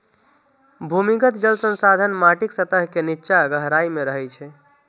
भूमिगत जल संसाधन माटिक सतह के निच्चा गहराइ मे रहै छै